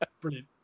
brilliant